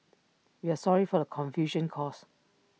we are sorry for the confusion caused